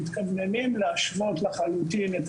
מתכווננים להשוות לחלוטין את